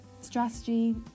strategy